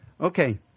Okay